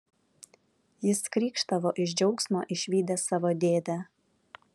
jis krykšdavo iš džiaugsmo išvydęs savo dėdę